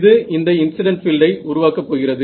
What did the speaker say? இது இந்த இன்ஸிடன்ட் பீல்டை உருவாக்கப் போகிறது